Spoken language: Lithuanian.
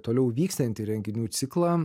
toliau vykstantį renginių ciklą